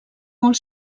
molt